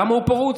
למה הוא פרוץ?